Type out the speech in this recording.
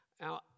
Now